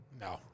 No